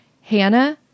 Hannah